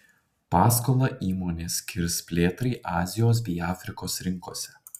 paskolą įmonė skirs plėtrai azijos bei afrikos rinkose